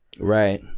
Right